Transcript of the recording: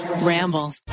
Ramble